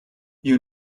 you